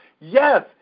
yes